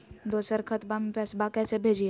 दोसर खतबा में पैसबा कैसे भेजिए?